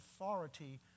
authority